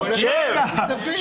שב.